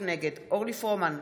נגד אורלי פרומן,